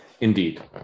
indeed